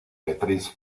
beatrice